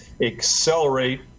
accelerate